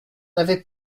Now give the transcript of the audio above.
avait